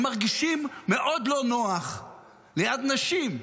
הם מרגישים מאוד לא נוח ליד נשים.